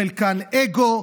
חלקן אגו,